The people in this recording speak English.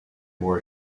more